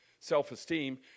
self-esteem